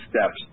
steps